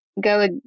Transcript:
go